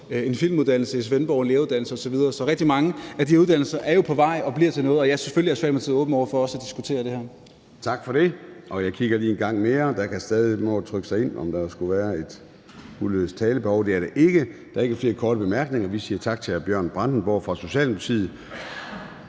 en filmuddannelse i Svendborg og en læreruddannelse osv. Så rigtig mange af de uddannelser er jo på vej og bliver til noget. Og ja, Socialdemokratiet er selvfølgelig åben over for også at diskutere det her.